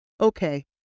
Okay